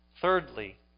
Thirdly